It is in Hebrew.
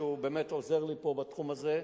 שבאמת עוזר לי פה בתחום הזה,